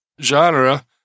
genre